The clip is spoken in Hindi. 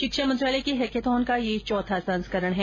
शिक्षा मंत्रालय के हैकाथॉन का यह चौथा संस्करण है